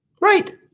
Right